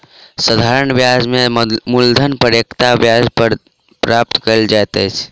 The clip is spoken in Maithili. साधारण ब्याज में मूलधन पर एकता ब्याज दर प्राप्त कयल जाइत अछि